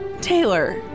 Taylor